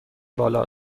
بالا